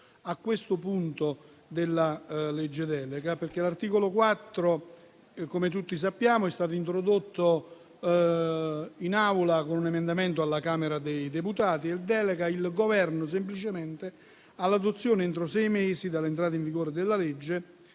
a questo punto della legge delega. L'articolo 4 - come tutti sappiamo - è stato introdotto in Assemblea con un emendamento alla Camera dei deputati, e delega semplicemente il Governo all'adozione, entro sei mesi dall'entrata in vigore della legge,